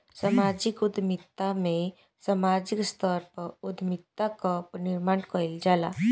समाजिक उद्यमिता में सामाजिक स्तर पअ उद्यमिता कअ निर्माण कईल जाला